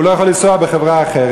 לא יכול לנסוע באוטובוס של חברה אחרת.